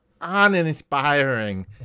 uninspiring